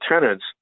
tenants